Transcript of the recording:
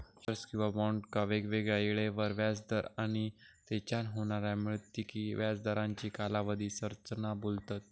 shares किंवा बॉन्डका वेगवेगळ्या येळेवर व्याज दर आणि तेच्यान होणाऱ्या मिळकतीक व्याज दरांची कालावधी संरचना बोलतत